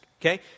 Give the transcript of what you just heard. Okay